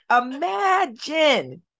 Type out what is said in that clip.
imagine